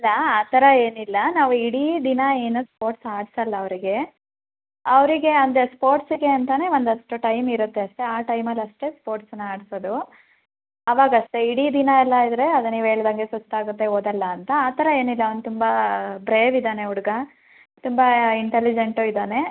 ಇಲ್ಲ ಆ ಥರ ಏನಿಲ್ಲ ನಾವು ಇಡೀ ದಿನ ಏನು ಸ್ಪೋಟ್ಸ್ ಆಡ್ಸೋಲ್ಲ ಅವರಿಗೆ ಅವರಿಗೆ ಅಂದರೆ ಸ್ಪೋಟ್ಸಿಗೆ ಅಂತಾನೇ ಒಂದಷ್ಟು ಟೈಮ್ ಇರುತ್ತೆ ಅಷ್ಟೇ ಆ ಟೈಮಲ್ಲಷ್ಟೆ ಸ್ಪೋಟ್ಸನ ಆಡಿಸೋದು ಅವಾಗಷ್ಟೇ ಇಡೀ ದಿನ ಎಲ್ಲ ಇದ್ದರೆ ಅದೇ ನೀವು ಹೇಳ್ದಂಗೆ ಸುಸ್ತು ಆಗುತ್ತೆ ಓದಲ್ಲಾಂತ ಆ ಥರ ಏನಿಲ್ಲ ಅವ್ನು ತುಂಬ ಬ್ರೇವ್ ಇದ್ದಾನೆ ಹುಡ್ಗ ತುಂಬ ಇಂಟಲಿಜೆಂಟೂ ಇದ್ದಾನೆ